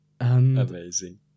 Amazing